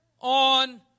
on